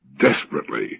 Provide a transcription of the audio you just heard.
desperately